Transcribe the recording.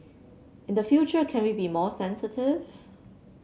in the future can we be more sensitive